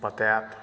बताएत